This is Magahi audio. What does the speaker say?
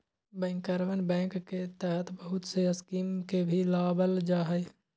बैंकरवन बैंक के तहत बहुत से स्कीम के भी लावल जाहई